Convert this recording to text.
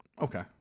Okay